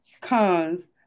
cons